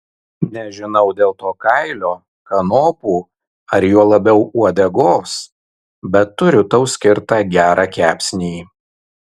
nežinau dėl to kailio kanopų ar juo labiau uodegos bet turiu tau skirtą gerą kepsnį